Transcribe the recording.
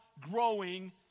growing